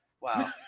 Wow